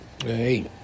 Hey